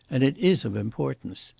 and it is of importance.